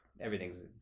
everything's